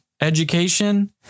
education